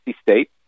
state